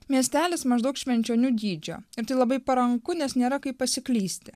miestelis maždaug švenčionių dydžio ir tai labai paranku nes nėra kaip pasiklysti